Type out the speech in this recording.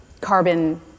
carbon